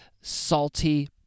salty